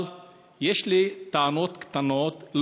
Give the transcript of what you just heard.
אבל יש לי טענות קטנות,